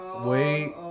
Wait